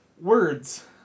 Words